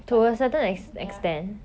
but ya